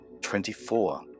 Twenty-four